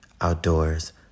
outdoors